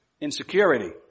insecurity